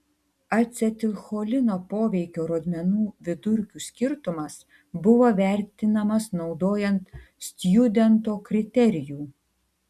acetilcholino poveikio rodmenų vidurkių skirtumas buvo vertinamas naudojant stjudento kriterijų